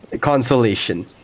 Consolation